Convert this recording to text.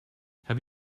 have